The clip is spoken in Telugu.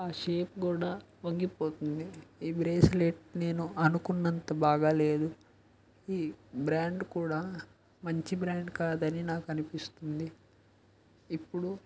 ఆ షేప్ కూడా వంగిపోతుంది ఈ బ్రేస్లెట్ నేను అనుకున్నంత బాగాలేదు ఈ బ్రాండ్ కూడా మంచి బ్రాండ్ కాదని నాకు అనిపిస్తుంది ఇప్పుడు